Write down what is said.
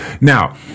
Now